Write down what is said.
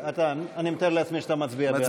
אני מתאר לעצמי שאתה מצביע בעד.